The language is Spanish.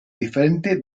diferente